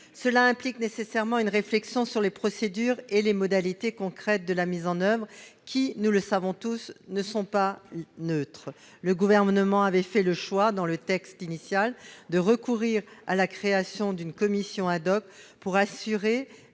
Cela implique nécessairement une réflexion sur les procédures et les modalités concrètes de mise en oeuvre de cette faculté, qui, nous le savons tous, ne sont pas neutres. Le Gouvernement avait fait le choix, dans le texte initial, de recourir à la création d'une commission, pour assurer